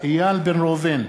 איל בן ראובן,